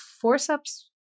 forceps